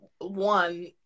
one